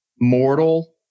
mortal